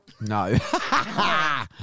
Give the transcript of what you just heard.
No